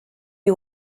you